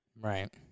Right